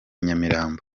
nyamirambo